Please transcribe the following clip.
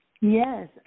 Yes